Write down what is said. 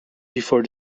before